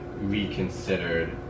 reconsidered